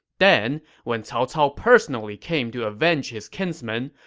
then, when cao cao personally came to avenge his kinsman,